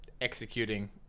executing